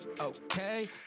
okay